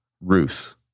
Ruth